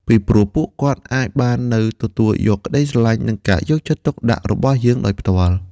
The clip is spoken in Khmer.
ពីព្រោះពួកគាត់អាចបាននៅទទួលយកក្តីស្រឡាញ់ និងការយកចិត្តទុកដាក់របស់យើងដោយផ្ទាល់។